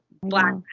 black